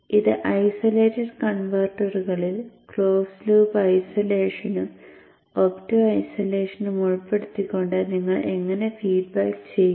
ഇത് ചെയ്യും